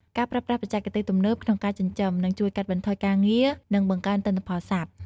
ការប្រើប្រាស់បច្ចេកទេសទំនើបក្នុងការចិញ្ចឹមនឹងជួយកាត់បន្ថយការងារនិងបង្កើនទិន្នផលសត្វ។